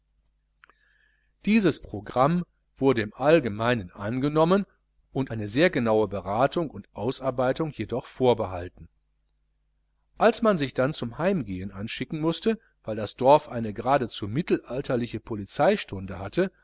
dieses programm wurde im allgemeinen angenommen eine sehr genaue beratung und ausarbeitung jedoch vorbehalten als man sich dann zum heimgehen anschicken mußte weil das dorf eine geradezu mittelalterliche polizeistunde hatte